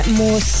more